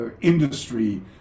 industry